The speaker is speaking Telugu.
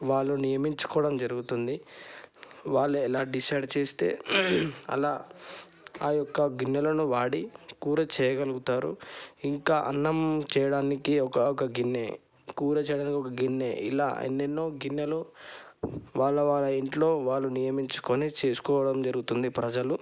వాళ్లు నియమించుకోవడం జరుగుతుంది వాళ్ళు ఎలా డిసైడ్ చేస్తే అలా ఆ యొక్క గిన్నెలను వాడి కూర చేయగలుగుతారు ఇంకా అన్నం చేయడానికి ఒక గిన్నె కూర చేయడానికి ఒక గిన్నె ఇలా ఎన్నెన్నో గిన్నెలు వాళ్ళ వాళ్ళ ఇంట్లో వాళ్ళు నియమించుకొని చేసుకోవడం జరుగుతుంది ప్రజలు